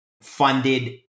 funded